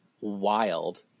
wild